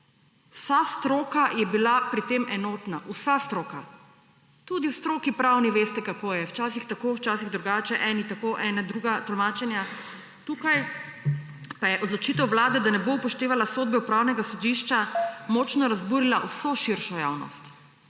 Vsa stroka je bila pri tem enotna. Vsa stroka. Tudi v pravni stroki veste, kako je, včasih tako, včasih drugače, eni tako, eni drugačna tolmačenja. Tukaj pa je odločitev Vlade, da ne bo upoštevala sodbe Upravnega sodišča, močno razburila vso širšo javnost.